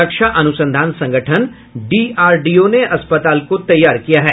रक्षा अनुसंधान संगठन डीआरडीओ ने अस्पताल को तैयार किया है